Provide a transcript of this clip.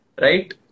right